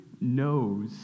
knows